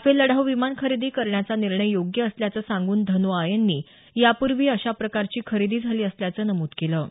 Rafale लढाऊ विमान खरेदी करण्याचा निर्णय योग्य असल्याचं सांगून धनोआ यांनी यापूर्वीही अशा प्रकारची खरेदी झाली असल्याचं नमूद केलं